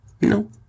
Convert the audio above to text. No